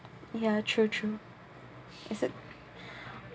ya true true is it